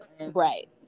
Right